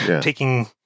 taking